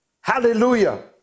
hallelujah